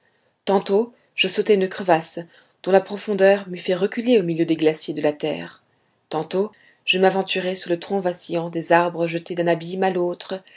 tantôt je sautais une crevasse dont la profondeur m'eût fait reculer au milieu des glaciers de la terre tantôt je m'aventurais sur le tronc vacillant des arbres jetés d'un abîme à l'autre